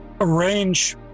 arrange